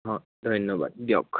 অঁ ধন্যবাদ দিয়ক